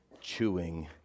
chewing